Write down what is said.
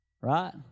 right